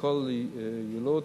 כל יילוד,